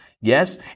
Yes